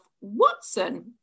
watson